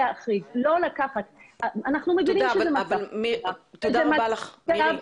תודה רבה לך, מירי.